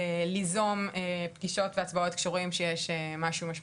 ליזום פגישות בהצבעות כאשר רואים שיש משהו משמעותי.